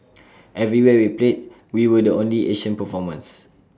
everywhere we played we were the only Asian performers